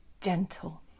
gentle